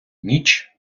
ніч